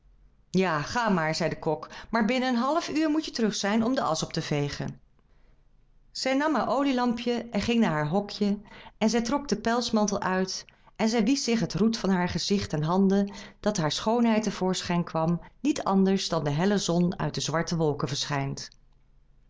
ja ga dan maar zei de kok maar binnen een half uur moet je terug zijn om de asch op te vegen zij nam haar olielampje en ging naar haar hokje en zij trok den pelsmantel uit en zij wiesch zich het roet van haar gezicht en handen dat haar schoonheid te voorschijn kwam niet anders dan de helle zon uit de zwarte wolken verschijnt